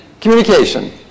Communication